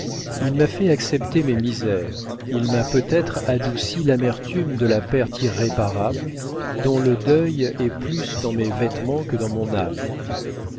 il m'a fait accepter mes misères il m'a peut-être adouci l'amertume de la perte irréparable dont le deuil est plus dans mes vêtements que dans mon âme